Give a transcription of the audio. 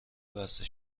بسته